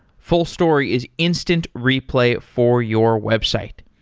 fullstory is instant replay for your website.